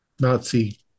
Nazi